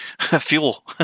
fuel